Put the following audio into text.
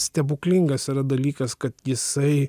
stebuklingas dalykas kad jisai